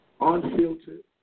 unfiltered